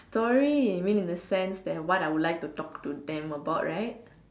story you mean in the sense there what I would like to talk to them about right